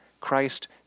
Christ